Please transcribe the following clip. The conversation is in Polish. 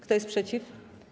Kto jest przeciw?